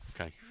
Okay